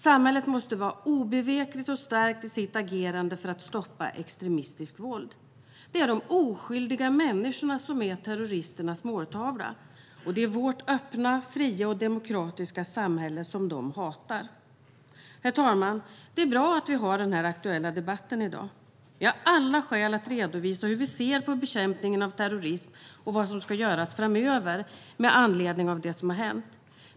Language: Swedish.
Samhället måste vara obevekligt och starkt i sitt agerande för att stoppa extremistiskt våld. Det är de oskyldiga människorna som är terroristers måltavla. Det är vårt öppna, fria och demokratiska samhälle de hatar. Herr talman! Det är bra att vi har den här aktuella debatten i dag. Vi har alla skäl att redovisa hur vi ser på bekämpningen av terrorism och vad som ska göras framöver med anledning av det som har hänt.